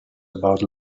about